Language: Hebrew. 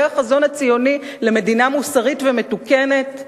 זה החזון הציוני למדינה מוסרית ומתוקנת?